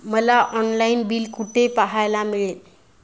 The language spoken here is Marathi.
मला ऑनलाइन बिल कुठे पाहायला मिळेल?